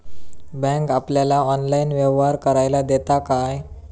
Bank आपल्याला online व्यवहार करायला देता काय?